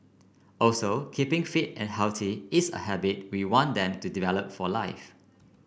also keeping fit and healthy is a habit we want them to develop for life